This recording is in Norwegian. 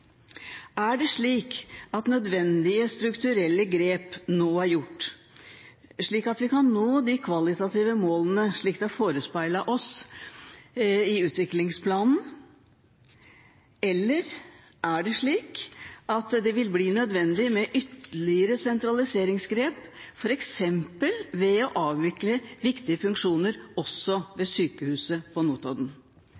Er det slik at nødvendige strukturelle grep nå er tatt, slik at vi kan nå de kvalitative målene slik det er forespeilet oss i utviklingsplanen? Eller er det slik at det vil bli nødvendig med ytterligere sentraliseringsgrep, f.eks. ved å avvikle viktige funksjoner også